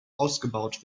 ausgebaut